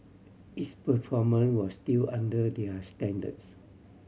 its performance was still under their standards